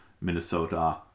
Minnesota